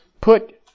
put